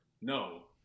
No